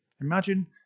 Imagine